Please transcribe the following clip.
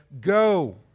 Go